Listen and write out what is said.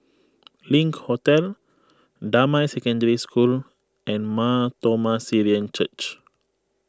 Link Hotel Damai Secondary School and Mar Thoma Syrian Church